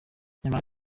nyamara